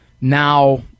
now